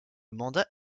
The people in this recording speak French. mandat